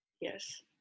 Yes